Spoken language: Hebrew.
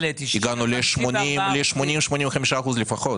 הגענו ל-80%-85% לפחות,